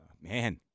Man